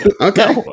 Okay